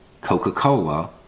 Coca-Cola